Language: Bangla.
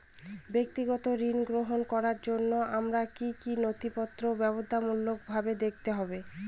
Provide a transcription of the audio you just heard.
ব্যক্তিগত ঋণ গ্রহণ করার জন্য আমায় কি কী নথিপত্র বাধ্যতামূলকভাবে দেখাতে হবে?